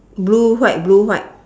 blue white blue white